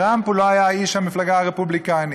טראמפ לא היה איש המפלגה הרפובליקנית.